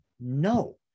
no